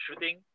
shooting